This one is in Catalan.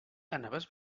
anaves